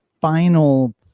final